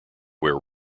where